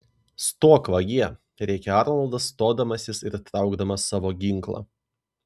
stok vagie rėkė arnoldas stodamasis ir traukdamas savo ginklą